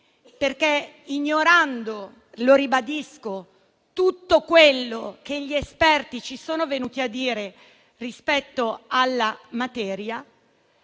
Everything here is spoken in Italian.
ignorando - lo ribadisco - tutto quello che gli esperti ci erano venuti a dire rispetto alla materia,